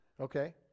okay